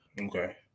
Okay